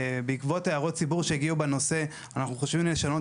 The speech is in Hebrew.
בעקבות הערות ציבור שהגיעו בנושא אנחנו חושבים לשנות